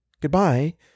Goodbye